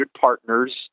partners